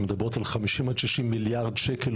שמדברים על אובדן של 50 עד 60 מיליארד שקל.